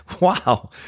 Wow